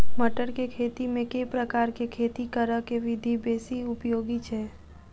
मटर केँ खेती मे केँ प्रकार केँ खेती करऽ केँ विधि बेसी उपयोगी छै?